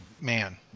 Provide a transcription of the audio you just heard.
man